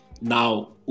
Now